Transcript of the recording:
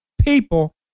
people